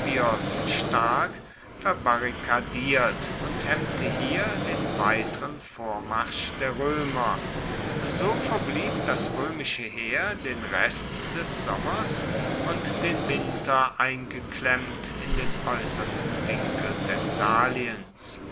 stark verbarrikadiert und hemmte hier den weiteren vormarsch der roemer so verblieb das roemische heer den rest des sommers und den winter eingeklemmt in den aeussersten winkel